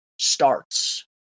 starts